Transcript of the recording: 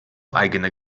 eigene